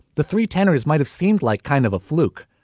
the three tenors might have seemed like kind of a fluke.